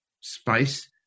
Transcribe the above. space